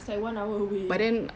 it's like one hour away